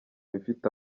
bifite